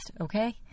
okay